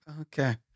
Okay